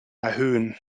erhöhen